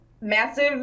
massive